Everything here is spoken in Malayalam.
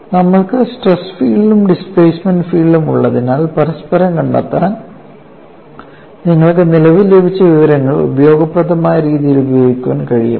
നമ്മൾക്ക് സ്ട്രെസ് ഫീൽഡും ഡിസ്പ്ലേസ്മെന്റ് ഫീൽഡും ഉള്ളതിനാൽ പരസ്പരബന്ധം കണ്ടെത്താൻ നിങ്ങൾക്ക് നിലവിൽ ലഭിച്ച വിവരങ്ങൾ ഉപയോഗപ്രദമായ രീതിയിൽ ഉപയോഗിക്കാൻ കഴിയുമോ